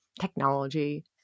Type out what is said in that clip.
technology